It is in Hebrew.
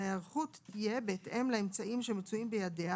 ההיערכות תהיה בהתאם לאמצעים שמצויים בידיה